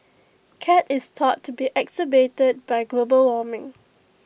C A T is thought to be exacerbated by global warming